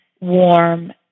warm